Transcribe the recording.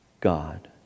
God